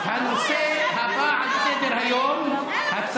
למה אתה, בנימין נתניהו?